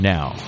Now